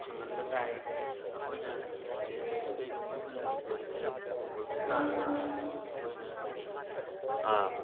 ꯐꯪꯍꯟꯕ ꯇꯥꯏ ꯑꯩꯈꯣꯏꯅ ꯁꯤꯂꯤꯟꯗꯔꯁꯤ ꯀꯩꯒꯨꯝꯕ ꯑꯩꯈꯣꯏꯅ ꯂꯤꯛ ꯑꯣꯏꯔꯦ ꯈꯟꯕ ꯑꯣꯏꯕ ꯇꯥꯔꯒꯗꯤ ꯑꯩꯈꯣꯏꯅ ꯀꯔꯤ